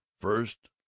first